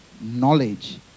knowledge